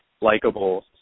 likable